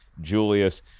julius